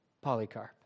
Polycarp